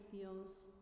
feels